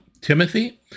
Timothy